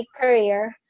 career